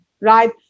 right